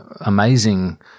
amazing